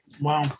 Wow